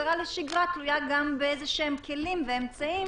ושהחזרה לשגרה תלויה גם באיזשהם כלים ואמצעים